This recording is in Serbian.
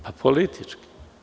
Pa, politički.